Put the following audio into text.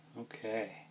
Okay